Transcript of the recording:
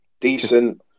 decent